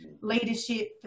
leadership